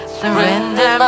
surrender